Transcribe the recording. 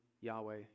Yahweh